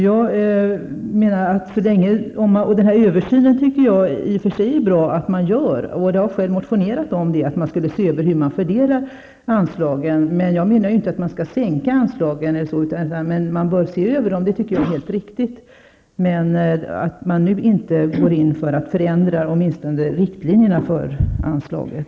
Jag tycker i och för sig att det är bra att man gör en översyn. Jag har själv varit med om att motionera om att man skall se över hur anslagen fördelas. Däremot menar jag inte att man skall sänka anslagen. Man bör inte sänka dem eller förändra riktlinjerna för anslagen.